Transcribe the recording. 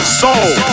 soul